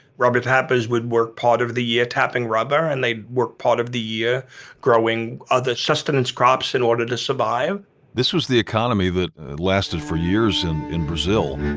rubber tappers would work part of the year tapping rubber and they'd work part of the year growing other sustenance crops in order to survive this was the economy that lasted for years in in brazil